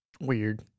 Weird